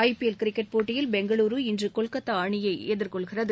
IPL cricket போட்டியில் பெங்களுரு இன்று கொல்கத்தா அணியை எதிர்கொள்கிறது